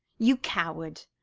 you coward,